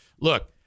Look